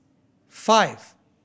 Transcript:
five